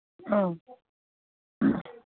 ꯑꯥ